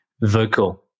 vocal